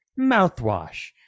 mouthwash